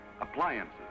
appliances